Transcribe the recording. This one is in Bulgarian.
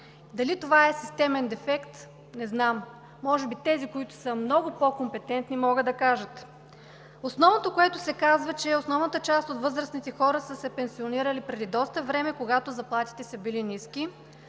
Дали това е системен дефект – не знам. Може би тези, които са много по-компетентни, могат да кажат. Основното, което се казва, че основната част от възрастните хора са се пенсионирали преди доста време, когато заплатите са били ниски,